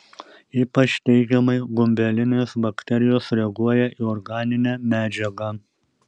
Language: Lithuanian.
ypač teigiamai gumbelinės bakterijos reaguoja į organinę medžiagą